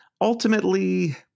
ultimately